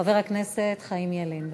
חבר הכנסת חיים ילין,